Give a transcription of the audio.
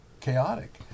chaotic